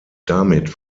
damit